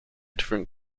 different